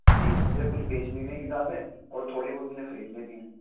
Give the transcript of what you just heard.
جی مجھے کچھ بیچنی بھی ہیں کتابیں اور تھوڑی بہت مجھے خریدنی بھی ہیں